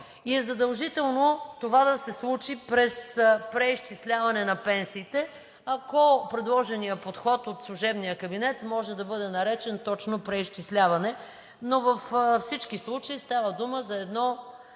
и е задължително това да се случи през преизчисляване на пенсиите, ако предложеният подход от служебния кабинет може да бъде наречен точно „преизчисляване“, но във всички случаи става дума за едно,